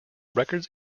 records